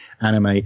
anime